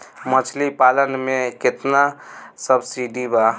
मछली पालन मे केतना सबसिडी बा?